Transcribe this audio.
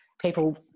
people